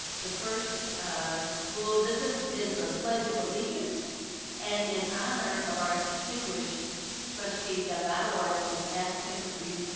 the first um rule of business is the pledge of allegiance and in honor of our distinguished trustee, doug otto, i would ask him to read,